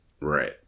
right